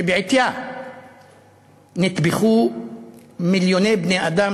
שבעטייה נטבחו מיליוני בני-אדם,